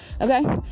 okay